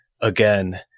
again